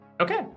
Okay